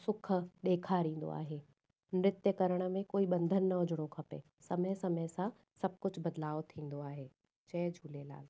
सुख ॾेखारींदो आहे नृत्य करण में कोई बंधन न हुजणु खपे समय समय सां सभु कुझु बदलाव थींदो आहे जय झूलेलाल